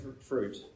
fruit